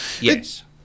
Yes